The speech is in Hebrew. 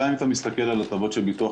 גם אם אתה מסתכל על ההטבות של הביטוח